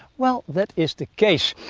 well, that is the case.